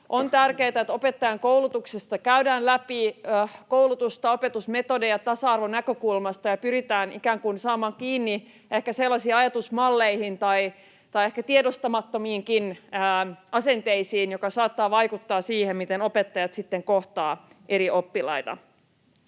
On tärkeätä, että opettajankoulutuksessa käydään läpi koulutusta ja opetusmetodeja tasa-arvonäkökulmasta ja pyritään saamaan kiinni ehkä sellaisiin ajatusmalleihin tai ehkä tiedostamattomiinkin asenteisiin, jotka saattavat vaikuttaa siihen, miten opettajat sitten kohtaavat eri oppilaita.